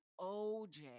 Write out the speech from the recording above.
OJ